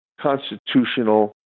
constitutional